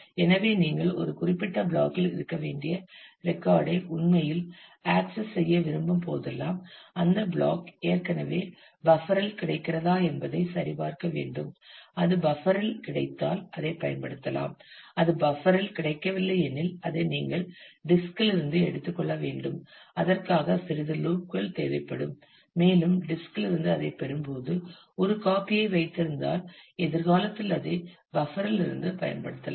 எனவே நீங்கள் ஒரு குறிப்பிட்ட பிளாக் இல் இருக்க வேண்டிய ரெக்கார்ட் ஐ உண்மையில் ஆக்சஸ் செய்ய விரும்பும் போதெல்லாம் அந்த பிளாக் ஏற்கனவே பஃப்பர் இல் கிடைக்கிறதா என்பதை சரி பார்க்க வேண்டும் அது பஃப்பரில் இல் கிடைத்தால் அதை பயன்படுத்தலாம் அது பஃப்பரில் இல் கிடைக்கவில்லை எனில் அதை நீங்கள் டிஸ்க் இல் இருந்து எடுத்துக்கொள்ள வேண்டும் அதற்காக சிறிது லூப் கள் தேவைப்படும் மேலும் டிஸ்க் இல் இருந்து அதைப் பெறும்போது ஒரு காப்பி ஐ வைத்திருந்தால் எதிர்காலத்தில் அதை பஃப்பரில் இருந்து பயன்படுத்தலாம்